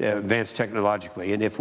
advanced technologically and if